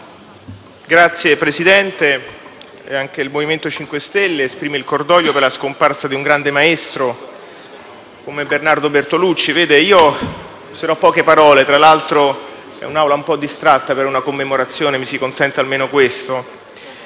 Signor Presidente, anche il MoVimento 5 Stelle esprime il cordoglio per la scomparsa di un grande maestro come Bernardo Bertolucci. Io userò poche parole; tra l'altro, questa è un'Assemblea un po' distratta per una commemorazione, mi si consenta almeno questo.